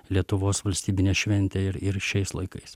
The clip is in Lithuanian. lietuvos valstybinė šventė ir ir šiais laikais